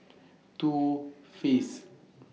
Too Faced